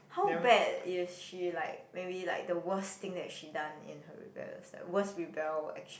how bad is she like maybe like the worst thing that she done in her rebellious stage worst rebel action